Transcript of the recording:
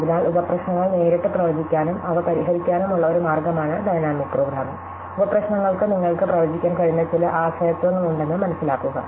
അതിനാൽ ഉപപ്രശ്നങ്ങൾ നേരിട്ട് പ്രവചിക്കാനും അവ പരിഹരിക്കാനുമുള്ള ഒരു മാർഗമാണ് ഡൈനാമിക് പ്രോഗ്രാമിംഗ് ഉപപ്രശ്നങ്ങൾക്ക് നിങ്ങൾക്ക് പ്രവചിക്കാൻ കഴിയുന്ന ചില ആശ്രയത്വങ്ങളുണ്ടെന്ന് മനസിലാക്കുക